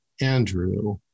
Andrew